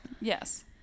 Yes